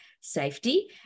safety